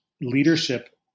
leadership